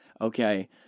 okay